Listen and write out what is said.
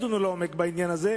ששם ידונו לעומק בעניין הזה,